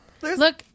Look